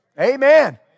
Amen